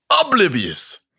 oblivious